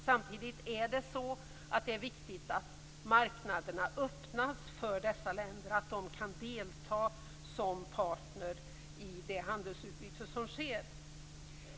Samtidigt är det viktigt att marknaderna öppnas för dessa länder så att de kan delta som partner i det handelsutbyte som sker.